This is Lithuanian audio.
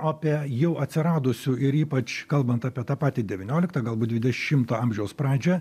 apie jau atsiradusių ir ypač kalbant apie tą patį devynioliktą galbūt dvidešimto amžiaus pradžią